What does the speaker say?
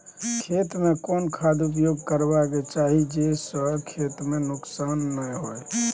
खेत में कोन खाद उपयोग करबा के चाही जे स खेत में नुकसान नैय होय?